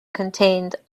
contained